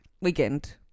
weekend